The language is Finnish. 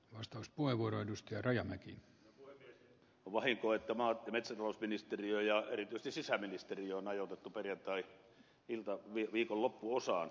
on vahinko että maa ja metsätalousministeriön ja erityisesti sisäministeriön budjettikäsittely on ajoitettu perjantai iltaan viikon loppuosaan